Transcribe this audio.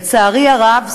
ולצערי הרב,